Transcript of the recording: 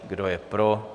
Kdo je pro?